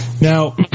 now